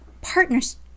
partners